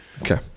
Okay